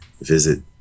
visit